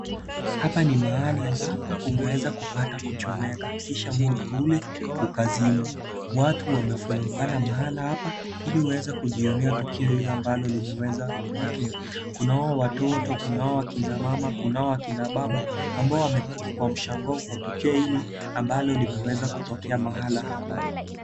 Hapa ni mahali ambapo kumeweza kupata kuchomeka kisha Moto ule ukazimwa. Watu wamefungumana mahala hapa Ili waweze kujionea tukio hilo ambalo limeweza kutokea. Kuna hawa watoto, kuna hawa kina mama, kuna hawa kina baba ambao wamebaki kwa mshangao kwa tukio hili ambalo limeweza kutokea mahala hapa.